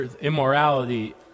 immorality